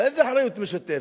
איזו אחריות משותפת?